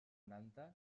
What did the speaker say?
noranta